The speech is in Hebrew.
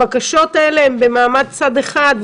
הבקשות האלה הן במעמד צד אחד,